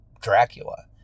Dracula